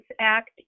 Act